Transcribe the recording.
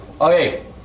Okay